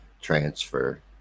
transfer